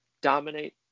Dominate